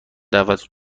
دعوت